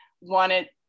wanted